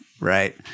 right